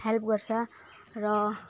help गर्छ र